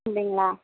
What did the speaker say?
இல்லைங்களா